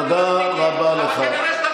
תודה רבה לך.